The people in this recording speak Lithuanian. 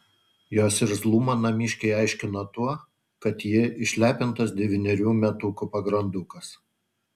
jos irzlumą namiškiai aiškino tuo kad ji išlepintas devynerių metukų pagrandukas